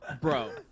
Bro